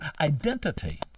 identity